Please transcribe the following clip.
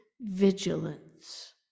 vigilance